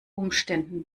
umständen